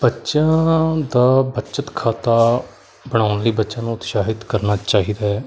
ਬੱਚਿਆਂ ਦਾ ਬੱਚਤ ਖਾਤਾ ਬਣਾਉਣ ਲਈ ਬੱਚਿਆਂ ਨੂੰ ਉਤਸ਼ਾਹਿਤ ਕਰਨਾ ਚਾਹੀਦਾ ਹੈ